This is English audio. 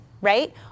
right